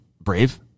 Brave